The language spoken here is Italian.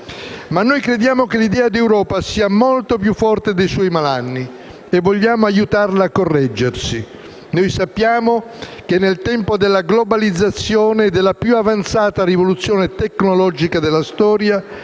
Ma noi crediamo che l'idea di Europa sia molto più forte dei suoi malanni e vogliamo aiutarla a correggersi. Noi sappiamo che nel tempo della globalizzazione, della più avanzata rivoluzione tecnologica della storia,